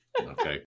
Okay